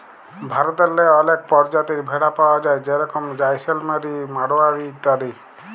ভারতেল্লে অলেক পরজাতির ভেড়া পাউয়া যায় যেরকম জাইসেলমেরি, মাড়োয়ারি ইত্যাদি